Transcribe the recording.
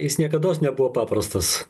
jis niekados nebuvo paprastas